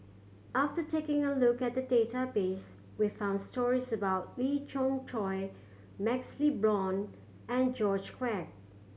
after taking a look at the database we found stories about Lee Choy MaxLe Blond and George Quek